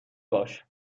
باش